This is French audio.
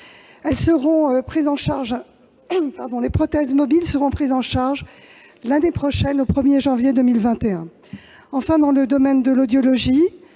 Les prothèses mobiles seront prises en charge l'année prochaine, au 1 janvier 2021. Enfin, dans le domaine de l'audiologie,